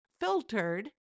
filtered